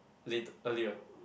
late earlier